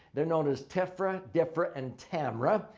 they're known as tefra defra and tamra.